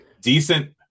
decent